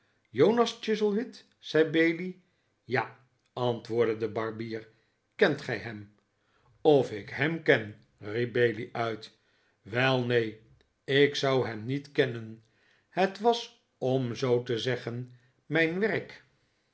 jonas chuzzlewit zei bailey ja antwoordde de barbier kent gij hem of ik hem ken riep bailey uit wel neen ik zou hem niet kennen het was om zoo te zeggen mijn werk